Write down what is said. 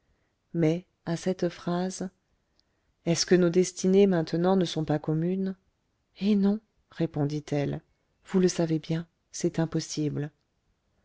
mais à cette phrase est-ce que nos destinées maintenant ne sont pas communes eh non répondit-elle vous le savez bien c'est impossible